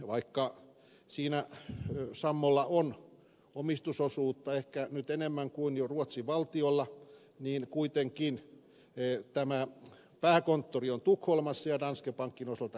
vaikka sammolla on omistusosuutta nyt jo ehkä enemmän kuin ruotsin valtiolla niin kuitenkin nordean pääkonttori on tukholmassa ja danske bankin osalta se on kööpenhaminassa